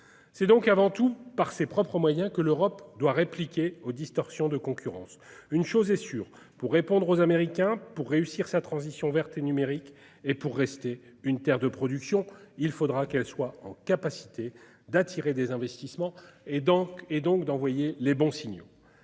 C'est donc avant tout par ses propres moyens que l'Europe doit répliquer aux distorsions de concurrence. Une chose est sûre : pour répondre aux Américains, pour réussir sa transition verte et numérique et pour rester une terre de production, il faudra qu'elle soit en capacité d'attirer des investissements et donc d'envoyer les bons signaux.